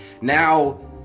now